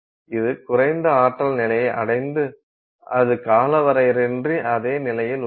இது குறைந்த ஆற்றல் நிலையை அடைந்து அது காலவறையின்றி அதே நிலையில் உள்ளது